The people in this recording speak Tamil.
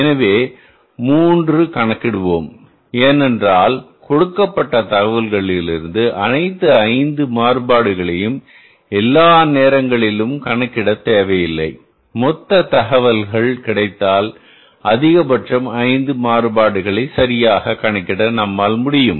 எனவே 3 கணக்கிடுவோம் ஏனென்றால் கொடுக்கப்பட்ட தகவல்களிலிருந்து அனைத்து 5 மாறுபாடுகளைக் எல்லா நேரங்களும் கணக்கிட தேவையில்லை மொத்த தகவல்கள் கிடைத்தால் அதிகபட்சம் 5 மாறுபாடுகளைசரியாகக் கணக்கிட நம்மால் முடியும்